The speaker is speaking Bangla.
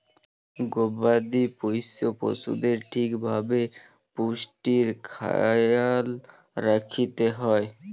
গবাদি পশ্য পশুদের ঠিক ভাবে পুষ্টির খ্যায়াল রাইখতে হ্যয়